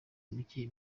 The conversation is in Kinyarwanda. mike